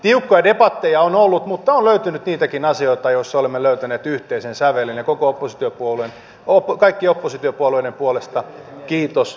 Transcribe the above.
tiukkoja debatteja on ollut mutta on löytynyt niitäkin asioita joissa olemme löytäneet yhteisen sävelen ja kaikkien oppositiopuolueiden puolesta kiitos siitä